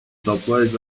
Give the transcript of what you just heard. suppliers